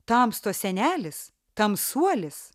tamstos senelis tamsuolis